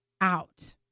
out